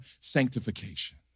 sanctification